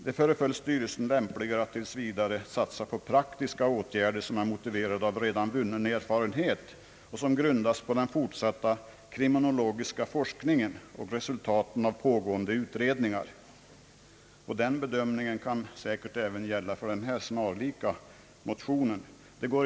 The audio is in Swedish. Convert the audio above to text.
Det föreföll styrelsen lämpligare alt tills vidare satsa på praktiska åtgärder som är motiverade av redan vunnen erfarenhet och som grundas på den fortsatta kriminologiska forskningen och resultaten av pågående utredningar. Den bedömningen kan säkert gälla även för den i dag behandlade, snarlika motionen.